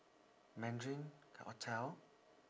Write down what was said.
mandarin hotel